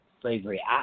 slavery